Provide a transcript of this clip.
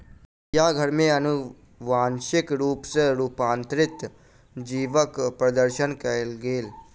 चिड़ियाघर में अनुवांशिक रूप सॅ रूपांतरित जीवक प्रदर्शन कयल गेल